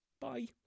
Bye